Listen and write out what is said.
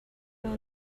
will